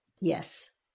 Yes